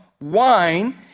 wine